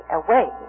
away